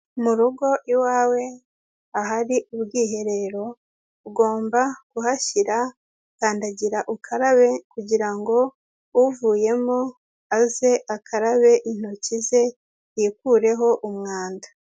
Mu rugo iwawe, ahari ubwiherero, ugomba kuhashyira kandagirukarabe kugira ngo uvuyemo aze akarabe intoki ze, yikureho umwanda.